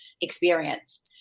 experience